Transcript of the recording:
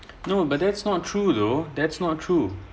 no but that's not true though that's not true